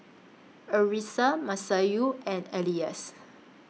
Arissa Masayu and Elyas